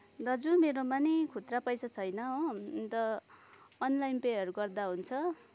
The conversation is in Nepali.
दाजु मेरोमा नि खुजुरा पैसा छैन हो अन्त अनलाइन पेहरू गर्दा हुन्छ